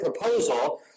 proposal